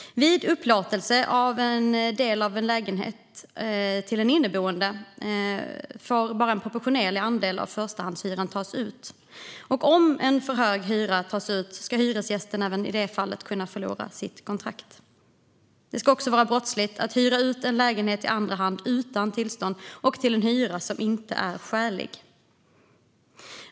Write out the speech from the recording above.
Vid upplåtelse av del av lägenhet till en inneboende får bara en proportionerlig andel av förstahandshyran tas ut. Om en för hög hyra tas ut ska hyresgästen även i det fallet kunna förlora sitt kontrakt. Det ska också vara brottsligt att hyra ut en lägenhet i andra hand utan tillstånd och till en hyra som inte är skälig.